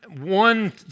one